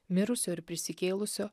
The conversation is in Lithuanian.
mirusio ir prisikėlusio